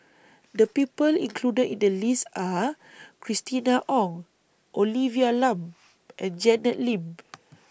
The People included in The list Are Christina Ong Olivia Lum and Janet Lim